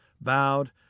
bowed